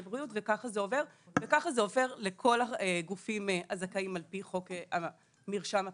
ככה זה עובר לכל הגופים הזכאים על פי חוק המרשם הפלילי.